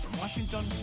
Washington